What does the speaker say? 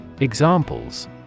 Examples